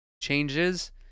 changes